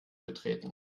betreten